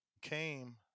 came